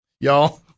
Y'all